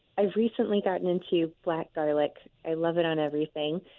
i've recently gotten into black garlic i love it on everything.